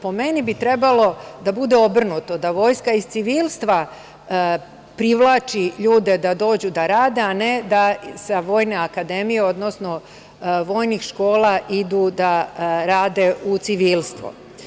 Po mom mišljenju, trebalo bi da bude obrnuto, da Vojska iz civilstva privlači ljude da dođu da rade, a ne da sa Vojne akademije, odnosno iz vojnih škola, idu da rade u civilstvu.